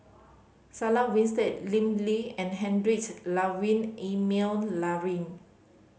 Sarah Winstedt Lim Lee and Heinrich Ludwig Emil Luering